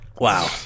Wow